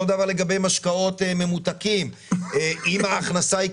אותו דבר לגבי משקאות ממותקים: אם ההכנסה היא,